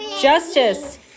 Justice